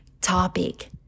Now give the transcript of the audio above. topic